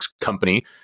company